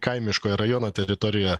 kaimiškoje rajono teritorijoje